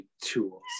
tools